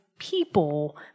people